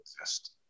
exist